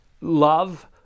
love